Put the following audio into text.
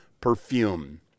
perfume